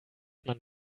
man